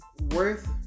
worth